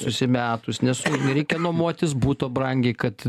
susimetus nes nereikia nuomotis buto brangiai kad